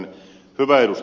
hyvä ed